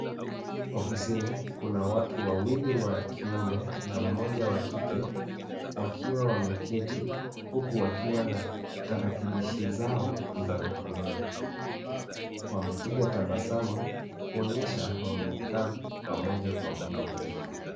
Ofisini kuna watu wawili wa kiume na mmoja wa kike wakiwa wameketi huku wakiwa na tarakilishi zao za mikononi. Wamepiga tabasamu kuonyesha wamekaa pamoja kwa muda mrefu.